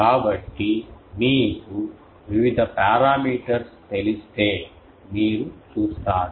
కాబట్టి మీకు వివిధ పారామీటర్స్ తెలిస్తే మీరు చూస్తారు